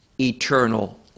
eternal